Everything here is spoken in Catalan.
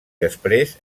després